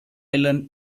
island